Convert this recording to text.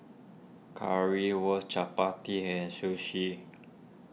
Currywurst Chapati and Sushi